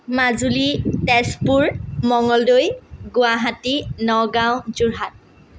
Majuli Tezpur Mangaldai Guwahati Nagaon Jorhat